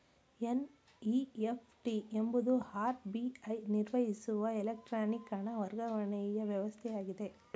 NEFT ಎಂಬುದು RBI ನಿರ್ವಹಿಸುವ electronic ಹಣ ವರ್ಗಾವಣೆಯ ವ್ಯವಸ್ಥೆಯಾಗಿದೆ